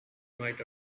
might